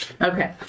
Okay